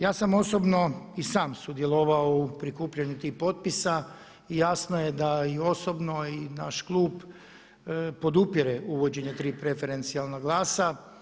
Ja sam osobno i sam sudjelovao u prikupljanju tih potpisa i jasno je da i osobno i naš klub podupire uvođenje trio preferencijalna glasa.